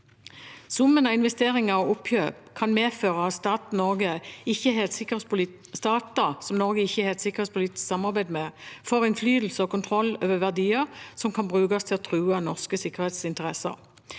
Summen av investeringer og oppkjøp kan medføre at stater Norge ikke har et sikkerhetspolitisk samarbeid med, får innflytelse og kontroll over verdier som kan brukes til å true norske sikkerhetsinteresser.